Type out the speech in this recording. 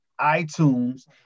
iTunes